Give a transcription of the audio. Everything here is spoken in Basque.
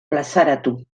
plazaratu